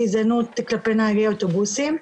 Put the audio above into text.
גזענות כלפי נהגי אוטובוסים.